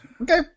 Okay